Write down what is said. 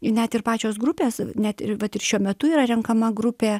ir net ir pačios grupės net ir vat ir šiuo metu yra renkama grupė